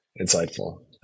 insightful